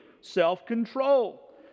self-control